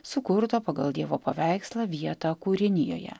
sukurto pagal dievo paveikslą vietą kūrinijoje